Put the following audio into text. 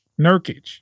Nurkic